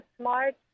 smart